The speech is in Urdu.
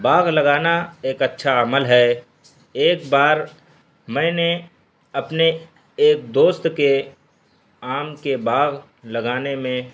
باغ لگانا ایک اچھا عمل ہے ایک بار میں نے اپنے ایک دوست کے آم کے باغ لگانے میں